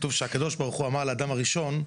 כתוב שהקב"ה אמר לאדם הראשון: